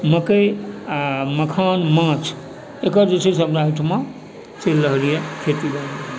मकइ आओर मखान माछ तकर जे छै से हमरा ओहिठाम चलि रहल अइ